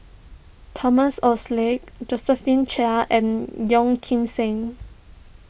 Thomas Oxley Josephine Chia and Yeo Kim Seng